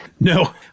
No